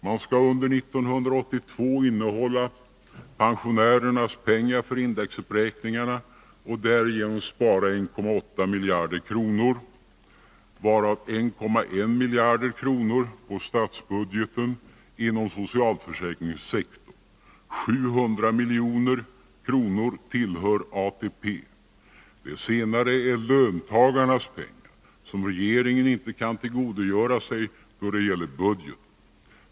Man skall under 1982 innehålla pensionärernas pengar för indexuppräkningarna och därigenom spara 1,8 miljarder kronor, varav 1,1 miljarder kronor på statsbudgeten inom socialförsäkringssektorn. 700 milj.kr. tillhör ATP. Det sistnämnda är löntagarnas pengar som regeringen inte kan tillgodogöra sig, då det gäller budgeten.